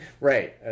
Right